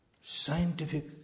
scientific